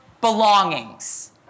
Belongings